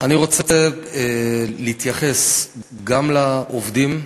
אני רוצה להתייחס גם לעובדים,